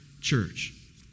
church